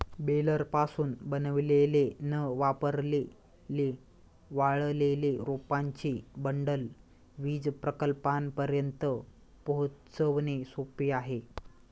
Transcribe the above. बेलरपासून बनवलेले न वापरलेले वाळलेले रोपांचे बंडल वीज प्रकल्पांपर्यंत पोहोचवणे सोपे आहे